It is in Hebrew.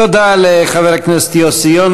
תודה לחבר הכנסת יוסי יונה.